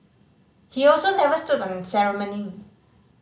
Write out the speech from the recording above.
he also never stood on ceremony